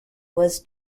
was